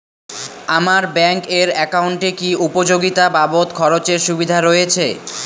আমার ব্যাংক এর একাউন্টে কি উপযোগিতা বাবদ খরচের সুবিধা রয়েছে?